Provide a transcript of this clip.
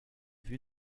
vue